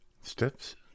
Steps